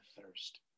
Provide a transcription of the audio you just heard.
thirst